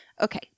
Okay